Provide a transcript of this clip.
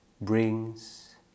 brings